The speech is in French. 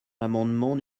l’amendement